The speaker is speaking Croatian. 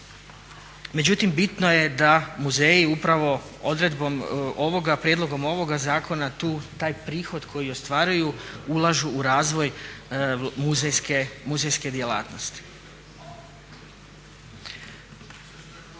Međutim, bitno je da muzeji upravo odredbom ovoga, prijedlogom ovog zakona tu taj prihod koji ostvaruju ulažu u razvoj muzejske djelatnosti.